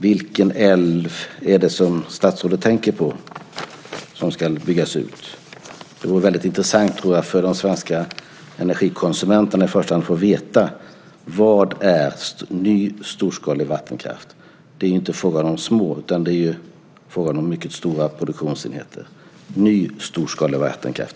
Vilken älv är det statsrådet tänker på som ska byggas ut? Det vore intressant för de svenska energikonsumenterna att få veta vad ny storskalig vattenkraft är. Det är inte fråga om små utan mycket stora produktionsenheter. Vad är ny storskalig vattenkraft?